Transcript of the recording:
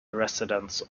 residents